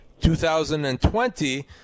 2020